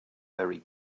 very